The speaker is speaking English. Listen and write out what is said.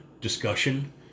discussion